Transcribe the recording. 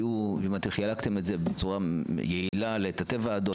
חילקתם את זה בצורה יעילה לתתי-ועדות,